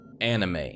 anime